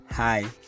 Hi